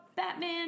Batman